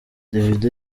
davido